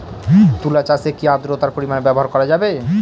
তুলা চাষে কি আদ্রর্তার পরিমাণ ব্যবহার করা যাবে?